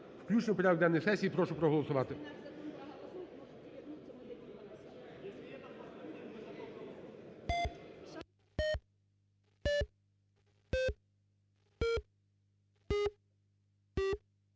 Включення в порядок сесії, прошу проголосувати.